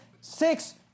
six